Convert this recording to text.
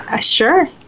Sure